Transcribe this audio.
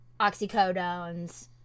oxycodones